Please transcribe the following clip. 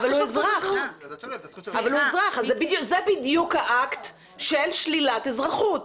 זה בדיוק האקט של שלילת אזרחות.